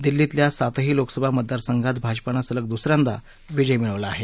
दिल्लीतल्या सातही लोकसभा मतदार संघात भाजपानं सलग दुसऱ्यांदा विजय मिळवला आहे